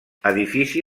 edifici